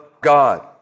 God